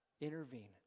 intervene